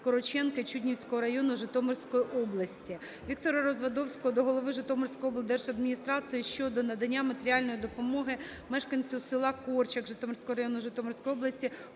Короченки Чуднівського району Житомирської області. Віктора Развадовського до голови Житомирської облдержадміністрації щодо надання матеріальної допомоги мешканцю села Корчак Житомирського району Житомирської області